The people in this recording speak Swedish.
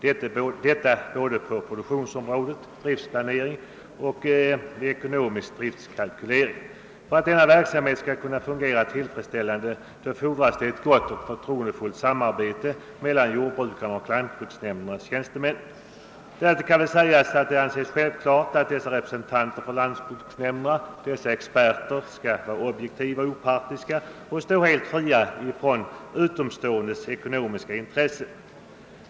Detta bör ske såväl på produktionsområdet som i fråga om driftplanering och ekonomisk driftkalkylering. För att denna verksamhet skall kunna fungera tillfredsställande fordras ett gott och förtroendefullt samarbete mellan jordbrukaren och lantbruksnämndernas tjänstemän. Därtill kan sägas att det anses självklart att dessa representanter för lantbruksnämnderna, som är experter, skall vara objektiva och opartiska och stå helt fria från utomståendes ekonomiska intressen.